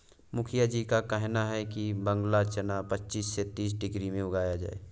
मुखिया जी का कहना है कि बांग्ला चना पच्चीस से तीस डिग्री में उगाया जाए